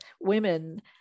women